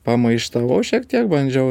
pamaištavau šiek tiek bandžiau